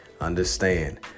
Understand